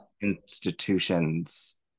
institutions